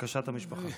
לבקשת המשפחה.